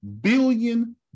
billion